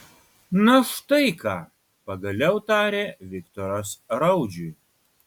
na štai ką pagaliau tarė viktoras raudžiui